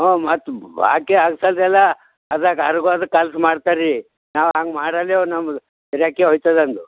ಹ್ಞೂಂ ಮತ್ತು ಬಾಕಿ ಅಲ್ಸದು ಎಲ್ಲ ಅದು ಕರ್ಬೋದು ಖರ್ಚು ಮಾಡ್ತಾರ್ರೀ ನಾವು ಹಂಗೆ ಮಾಡೋದೆ ಒ ನಮ್ದು ಗಿರಾಕಿ ಹೋಯ್ತದಂದು